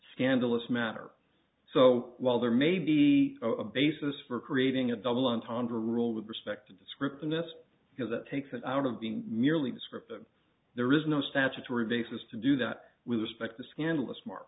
scandalous matter so while there may be a basis for creating a double entendre rule with respect to description it's because it takes it out of being merely the script there is no statutory basis to do that with respect to scandalous mar